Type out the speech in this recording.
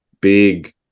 big